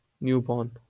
newborn